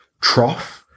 trough